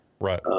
Right